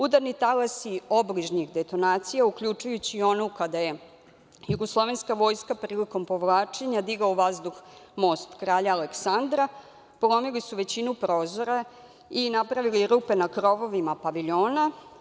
Udarni talasi obližnjih detonacija, uključujući i onu kada je jugoslovenska vojska prilikom povlačenja digla u vazduh most Kralja Aleksandra, polomili su većinu prozora i napravili rupe na krovovima paviljona.